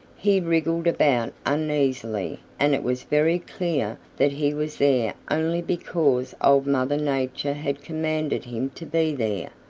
he wriggled about uneasily and it was very clear that he was there only because old mother nature had commanded him to be there,